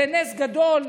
זה נס גדול,